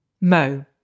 Mo